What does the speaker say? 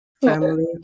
family